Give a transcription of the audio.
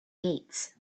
gates